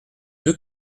deux